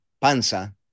Panza